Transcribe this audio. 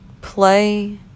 Play